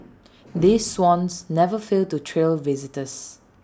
these swans never fail to thrill visitors